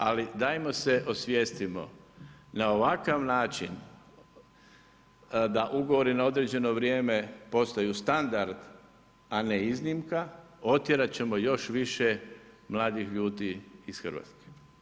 Ali, dajmo se osvijestimo, na ovakav način, da ugovori na određeno vrijeme postaju standard a ne iznimka, otjerati ćemo još više mladih ljudi iz Hrvatske.